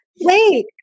Wait